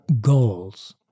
goals